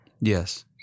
Yes